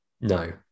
No